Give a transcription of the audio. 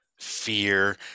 fear